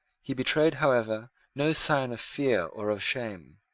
he betrayed, however, no sign of fear or of shame,